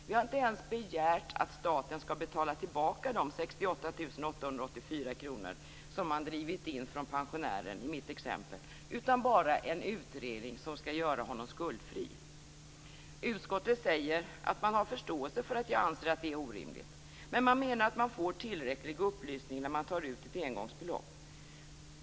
Vi har inte ens begärt att staten skall betala tilbaka de 68 884 kr som man drivit in från pensionären i mitt exempel, utan bara en utredning som skall göra honom skuldfri. Utskottet säger sig ha förståelse för att jag anser att det är orimligt, men menar att man får tillräcklig upplysning när man tar ut ett engångsbelopp.